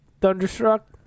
thunderstruck